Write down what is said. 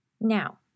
Now